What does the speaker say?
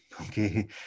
okay